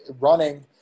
running